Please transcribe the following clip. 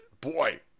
boy